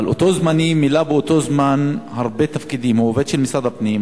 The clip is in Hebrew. אבל אותו זמני מילא באותו זמן הרבה תפקידים: הוא עובד של משרד הפנים,